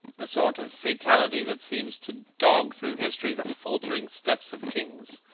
the sort of fatality that seems to dog through history the faltering steps of kings.